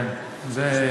כן, זה,